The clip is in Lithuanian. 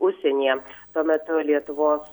užsienyje tuo metu lietuvos